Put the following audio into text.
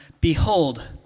Behold